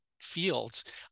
fields